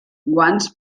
guants